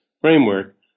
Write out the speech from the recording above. framework